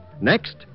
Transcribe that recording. Next